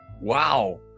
Wow